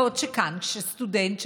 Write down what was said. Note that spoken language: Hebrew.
בעוד כאן סטודנט,